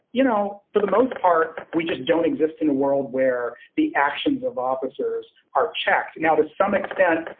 you know, for the most part, we just don't exist in a world where the actions of officers are checked now, to some extent.